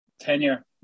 tenure